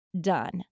done